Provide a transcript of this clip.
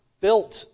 built